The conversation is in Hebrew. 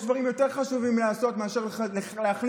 יש דברים יותר חשובים לעשות מאשר להחליש